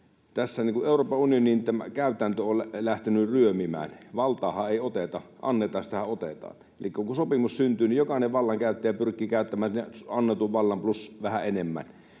tämä Euroopan unionin käytäntö on lähtenyt ryömimään. Valtaahan ei oteta — annetaan, ja sitähän otetaan. Elikkä kun sopimus syntyy, niin jokainen vallankäyttäjä pyrkii käyttämään annetun vallan plus vähän enemmän.